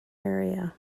area